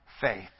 faith